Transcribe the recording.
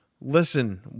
listen